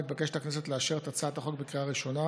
מתבקשת הכנסת לאשר את הצעת החוק בקריאה ראשונה